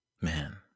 man